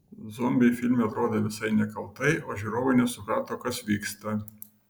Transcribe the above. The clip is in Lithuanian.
zombiai filme atrodė visai nekaltai o žiūrovai nesuprato kas vyksta